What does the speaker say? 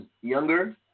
younger